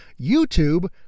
YouTube